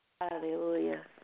Hallelujah